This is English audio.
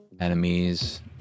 enemies